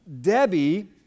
Debbie